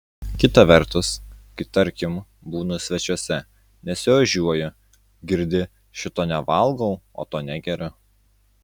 kita vertus kai tarkim būnu svečiuose nesiožiuoju girdi šito nevalgau o to negeriu